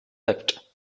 left